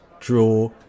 Draw